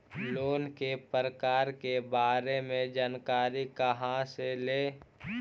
Loan के प्रकार के बारे मे जानकारी कहा से ले?